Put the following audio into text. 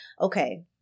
okay